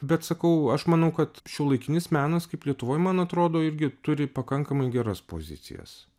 bet sakau aš manau kad šiuolaikinis menas kaip lietuvoj man atrodo irgi turi pakankamai geras pozicijas